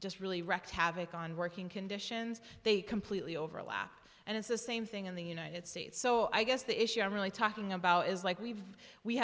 just really wrecked havoc on working conditions they completely overlap and it's the same thing in the united states so i guess the issue i'm really talking about is like we've we